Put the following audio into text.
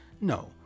no